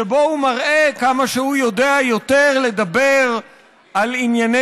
שבו הוא מראה כמה שהוא יודע יותר לדבר על ענייני